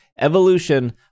Evolution